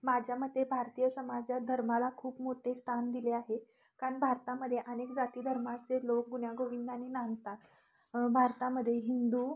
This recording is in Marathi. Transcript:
माझ्या मते भारतीय समाजात धर्माला खूप मोठे स्थान दिले आहे कारण भारतामध्ये अनेक जाती धर्माचे लोक गुण्यागोविंदाने नांदतात भारतामध्ये हिंदू